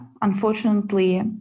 unfortunately